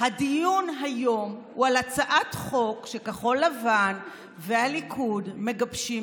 הדיון היום הוא על הצעת חוק שכחול לבן והליכוד מגבשים,